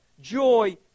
joy